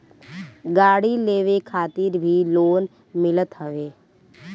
गाड़ी लेवे खातिर भी लोन मिलत हवे